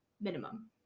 minimum